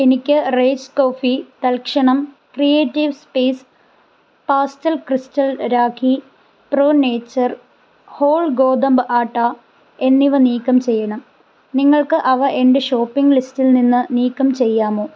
എനിക്ക് rage coffee തൽക്ഷണം creative space pastel crystal Rakhi pro nature whole ഗോതമ്പ് ആട്ട എന്നിവ നീക്കം ചെയ്യണം നിങ്ങൾക്ക് അവ എന്റെ ഷോപ്പിംഗ് ലിസ്റ്റിൽ നിന്ന് നീക്കം ചെയ്യാമോ